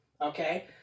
okay